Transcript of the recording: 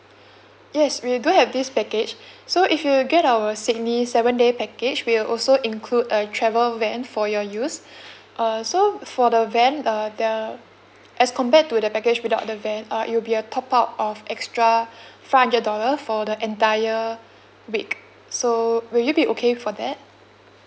yes we do have this package so if you get our sydney seven day package we'll also include a travel van for your use uh so for the van uh the as compared to the package without the van uh it'll be a top up of extra five hundred dollar for the entire week so will you be okay for that